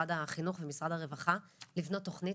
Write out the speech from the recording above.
משרד החינוך ומשרד הרווחה לבנות תוכנית.